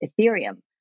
Ethereum